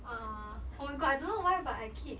uh oh my god I don't know why but I keep